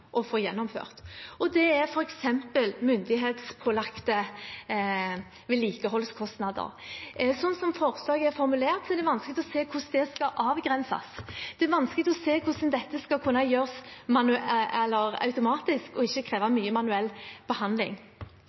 å få gjennomført. Det er f.eks. myndighetspålagte vedlikeholdskostnader. Sånn som forslaget er formulert, er det vanskelig å se hvordan det skal avgrenses. Det er vanskelig å se hvordan dette skal kunne gjøres automatisk og ikke kreve mye manuell behandling.